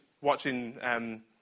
watching